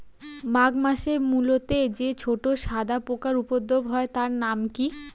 মাঘ মাসে মূলোতে যে ছোট সাদা পোকার উপদ্রব হয় তার নাম কি?